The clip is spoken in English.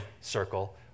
circle